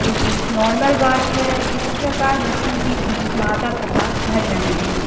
rupees normal बात है इस प्रकार बच्चों की फीस माता पिता भर रहें है